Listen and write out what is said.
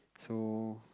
so